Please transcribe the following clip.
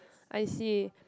I see